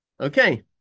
Okay